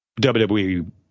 wwe